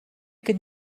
could